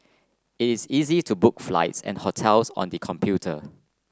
it is is easy to book flights and hotels on the computer